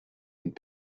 und